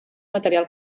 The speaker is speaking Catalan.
material